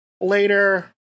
later